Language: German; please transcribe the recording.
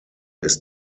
ist